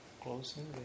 closing